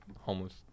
homeless –